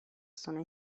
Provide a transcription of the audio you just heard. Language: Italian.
sono